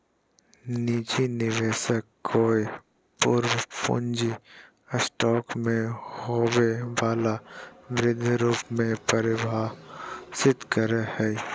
निजी निवेशक कोय वर्ष पूँजी स्टॉक में होबो वला वृद्धि रूप में परिभाषित करो हइ